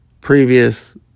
previous